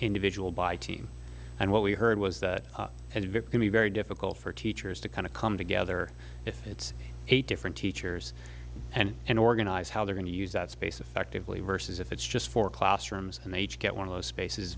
individual by team and what we heard was that and it can be very difficult for teachers to kind of come together at eight different teachers and an organized how they're going to use that space effectively versus if it's just for classrooms and they each get one of those spaces